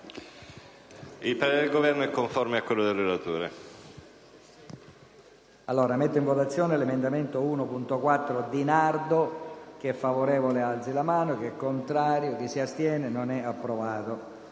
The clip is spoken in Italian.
il parere del Governo è conforme a quello del relatore,